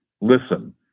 listen